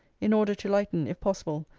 in order to lighten, if possible,